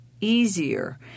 easier